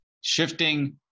Shifting